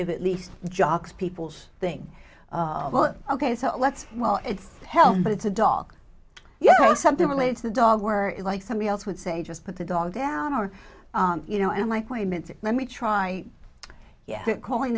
of at least jocks people's thing well ok so let's well it's hell but it's a dog you know something related to the dog we're like somebody else would say just put the dog down or you know and like wait a minute let me try yeah calling